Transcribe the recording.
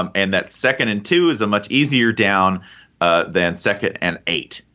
um and that second and two is a much easier down ah than second and eight.